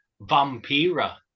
Vampira